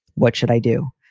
what should i do?